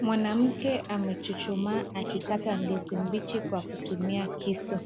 Mwanamke amechuchumaa akikata ndizi mbichi kwa kutumia kisu